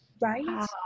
right